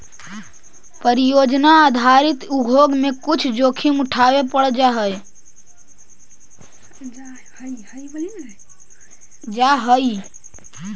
परियोजना आधारित उद्योग में कुछ जोखिम उठावे पड़ जा हई